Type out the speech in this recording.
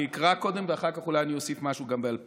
אני אקרא קודם ואחר כך אני אולי אוסיף משהו בעל פה.